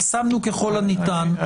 שמנו ככול הניתן,